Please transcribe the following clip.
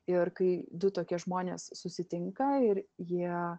ir kai du tokie žmonės susitinka ir jie